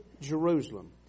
Jerusalem